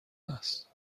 است